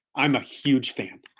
i'm a huge fan.